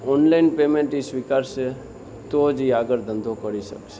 online payment એ સ્વીકારશે તો જ એ આગળ ધંધો કરી શકશે